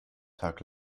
tag